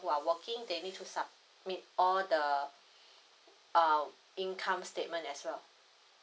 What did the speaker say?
who are working they need to submit all the uh income statement as well